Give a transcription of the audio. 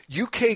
UK